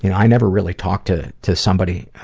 and i never really talked to to somebody,